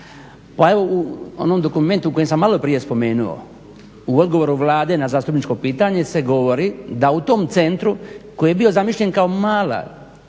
Pa evo u onom dokumentu kojeg sam malo prije spomenuo, u odgovoru Vlade na zastupničko pitanje se govori da u tom centru koji je bio zamišljen kao mala